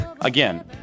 again